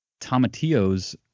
tomatillos